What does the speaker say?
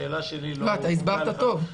אתה הסברת טוב.